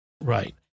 right